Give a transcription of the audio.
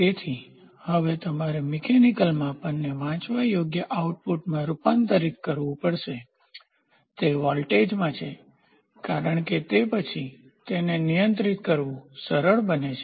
તેથી હવે તમારે મિકેનિકલયાંત્રિક માપને વાંચવા યોગ્ય આઉટપુટમાં રૂપાંતરિત કરવું પડશે તે વોલ્ટેજમાં છે કારણ કે તે પછી તેને નિયંત્રિત કરવું સરળ બને છે